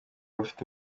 afite